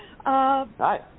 Hi